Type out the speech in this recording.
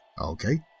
Okay